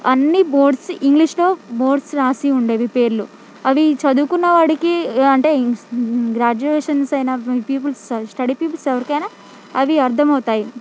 అన్ని బోర్డ్స్ ఇంగ్లీషులో బోర్డ్స్ రాసి ఉండేవి పేర్లు అవి చదువుకున్న వాడికి అంటే గ్రాడ్యుయేషన్స్ అయిన పీపుల్స్ స్టడీ పీపుల్స్ ఎవరికయినా అవి అర్థమవుతాయి